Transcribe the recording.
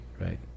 Right